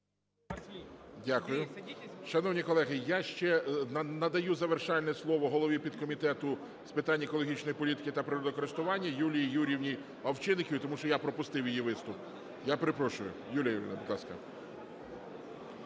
Дякую. Шановні колеги, я ще надаю завершальне слово голові підкомітету з питань екологічної політики та природокористування Юлії Юріївні Овчинниковій, тому що я пропустив її виступ. Я перепрошую. Юлія Юріївна, будь ласка.